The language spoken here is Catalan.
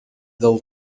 del